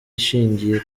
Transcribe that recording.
ishingiye